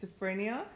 schizophrenia